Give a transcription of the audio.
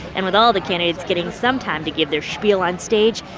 and with all the candidates getting some time to give their spiel on stage,